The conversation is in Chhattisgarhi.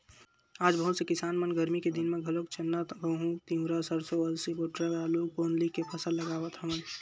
आज बहुत से किसान मन गरमी के दिन म घलोक चना, गहूँ, तिंवरा, सरसो, अलसी, बटुरा, आलू, गोंदली के फसल लगावत हवन